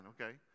okay